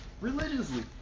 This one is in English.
religiously